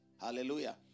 Hallelujah